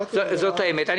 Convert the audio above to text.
אני